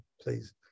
please